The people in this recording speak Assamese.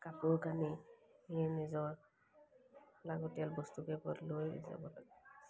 কাপোৰ কানি নিজৰ লাগতিয়াল বস্তুকেইপদ লৈ যাব লাগে